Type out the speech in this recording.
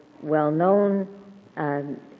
well-known